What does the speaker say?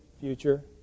future